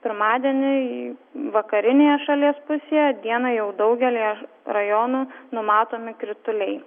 pirmadienį vakarinėje šalies pusėje dieną jau daugelyje rajonų numatomi krituliai